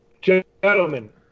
Gentlemen